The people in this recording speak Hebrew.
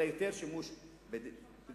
אלא יותר שימוש בדיאלוג,